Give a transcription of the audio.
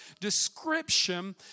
description